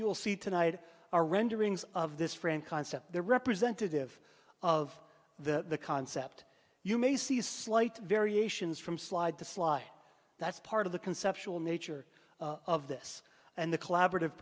you'll see tonight our renderings of this friend concept the representative of the concept you may see slight variations from slide to slide that's part of the conceptual nature of this and the collaborative